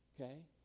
Okay